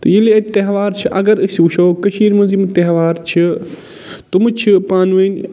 تہٕ ییٚلہِ اَتہِ تہوار چھِ اگر أسۍ وٕچھَو کٔشیٖرِ منٛز یِم تہوار چھِ تٔمہٕ چھِ پانہٕ وٲنۍ